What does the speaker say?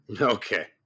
Okay